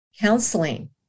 counseling